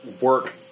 work